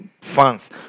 fans